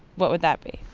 what would that be?